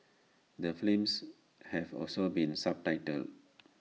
the films have also been subtitled